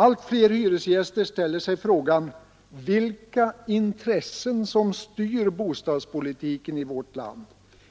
Allt fler hyresgäster ställer sig frågan vilka intressen som styr bostadspolitiken i vårt land,